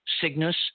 Cygnus